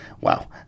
Wow